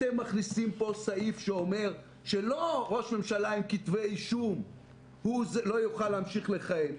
אתם מכניסים פה סעיף שלא ראש ממשלה עם כתבי אישום לא יוכל להמשיך לכהן,